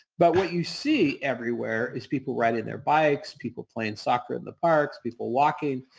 but what you see everywhere is people riding their bikes, people playing soccer in the parks, people walking,